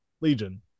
legion